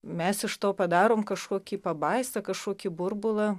mes iš to padarom kažkokį pabaisą kažkokį burbulą